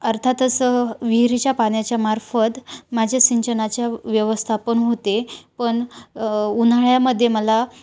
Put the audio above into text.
अर्थातच विहिरीच्या पाण्याच्या मार्फत माझ्या सिंचनाचे व्यवस्थापन होते पण उन्हाळ्यामध्ये मला